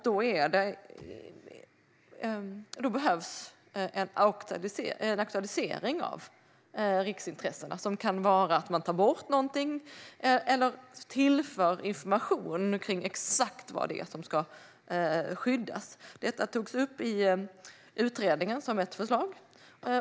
Då behövs en aktualisering av riksintressena. Det kan handla om att man tar bort någonting eller tillför information om exakt vad det är som ska skyddas. Detta togs upp i utredningen som ett förslag.